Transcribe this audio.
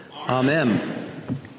Amen